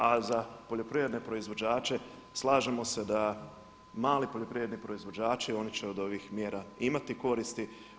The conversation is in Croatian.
Kažem a za poljoprivredne proizvođače slažemo se da, mali poljoprivredni proizvođači oni će od ovih mjera imati koristi.